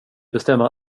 bestämmer